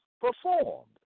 performed